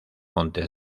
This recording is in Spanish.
montes